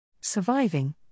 Surviving